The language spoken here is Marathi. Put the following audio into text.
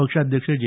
पक्षाध्यक्ष जे